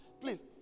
Please